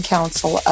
Council